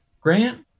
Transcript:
Grant